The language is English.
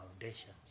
foundations